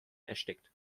erstickt